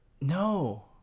No